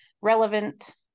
relevant